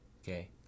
Okay